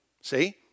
See